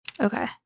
Okay